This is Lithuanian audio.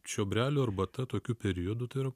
čiobrelių arbata tokiu periodu tai yra